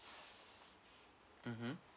mmhmm